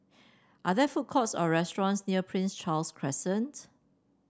are there food courts or restaurants near Prince Charles Crescent